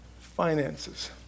finances